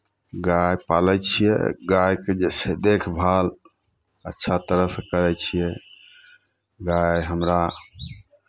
गाय पालै छियै गायके जे छै देखभाल अच्छा तरहसँ करै छियै गाय हमरा